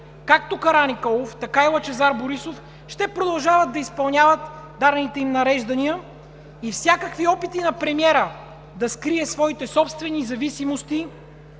Както Караниколов, така и Лъчезар Борисов ще продължават да изпълняват дадените им нареждания и всякакви опити на премиера да скрие своите собствени зависимости